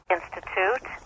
Institute